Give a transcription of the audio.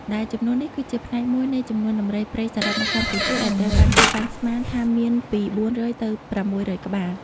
ដែលចំនួននេះគឺជាផ្នែកមួយនៃចំនួនដំរីព្រៃសរុបនៅកម្ពុជា ដែលត្រូវបានគេប៉ាន់ស្មានថាមានពី ៤០០ ទៅ ៦០០ក្បាល។